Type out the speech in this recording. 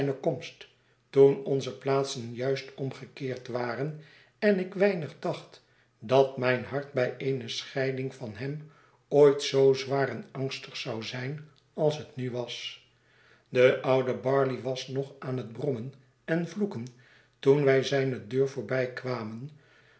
komst toen onze plaatsen juist omgekeerd waren en ik weinig dacht dat mijn hart bij eene scheiding van hem ooit zoo zwaar en angstig zou zijn als het nu was de oude barley was nog aan het brommen en vloeken toen wy zijne deur